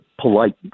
polite